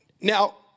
Now